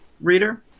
reader